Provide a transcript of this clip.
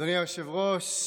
אדוני היושב-ראש,